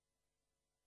כישלונה